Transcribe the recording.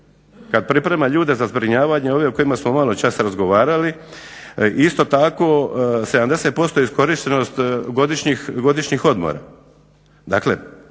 kad priprema ljude za zbrinjavanje ove o kojima smo malo čas razgovarali isto tako 70% je iskorištenost godišnjih odmora.